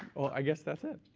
i guess that's it.